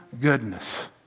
goodness